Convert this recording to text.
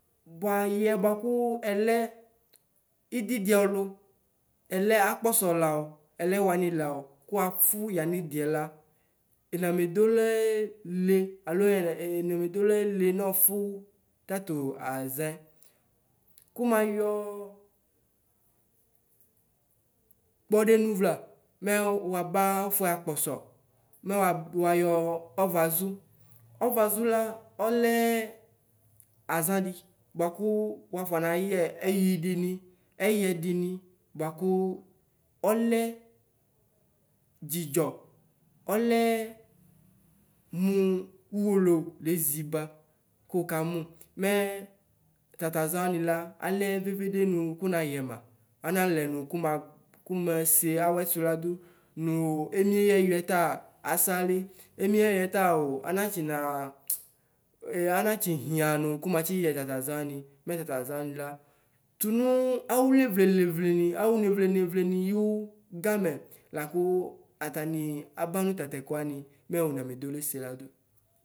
Bʋa yɛ bʋakʋ ɛlɛ ɩdɩ ɔlʋ ele akpɔsɔ lao ɛlɛ wanɩ lao kʋ afʋ yanɩdɩɛ la ɛna medolele alo ɩnamedolale nɔfʋ tatʋ azɛ kʋmayɔ kpɔdenʋ vla mɛ waba awfuɛ akpɔsɔ mɛ wagbɔ nɛ wayɔ ɔvazu.ɔvazula ɔlɛ azadɩ bʋakʋ wʋaɔyɛ ɛyɩdɩnɩ ɛyɛdɩnɩ bʋakʋ ɔlɛ dzidzɔ ɔle mʋ ʋwolowʋ leziba kʋkanʋ mɛ tataza wanɩ la alɛ vevede nʋ kʋnayɛ ma analɛ nʋ kʋmase awɛsʋ ladʋ nʋ emie ayʋ eyɔɛ ta asli emie ayʋ ɛyɔɛ tao anatsina anatsihia nʋ kʋmatsiyɛ tata za wanɩ mɛ tataza wnanɩ tataza wanɩ la tʋmʋ awʋle levleni awʋ nevle nevleni yʋ gamɛ lakʋ atanɩ abanʋ tatɛ kowani mɛ wo namedole seladʋ.